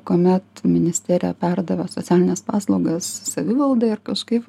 kuomet ministerija perdavė socialines paslaugas savivaldai ar kažkaip va